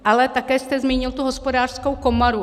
Ale také jste zmínil tu Hospodářskou komoru.